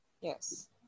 Yes